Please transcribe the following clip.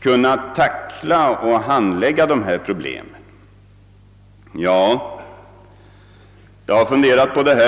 kunna tackla dessa problem? Jag har funderat på detta.